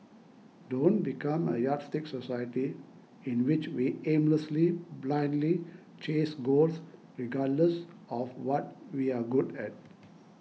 don't become a yardstick society in which we aimlessly blindly chase goals regardless of what we're good at